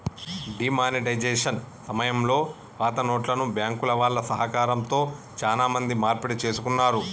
D monetisation సమయంలో పాతనోట్లను బ్యాంకుల వాళ్ళ సహకారంతో చానా మంది మార్పిడి చేసుకున్నారు